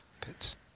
pits